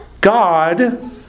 God